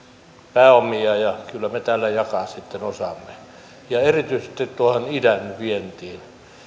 pääomia ja kyllä me täällä jakaa sitten osaamme ja erityisesti tuota idän vientiä